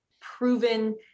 proven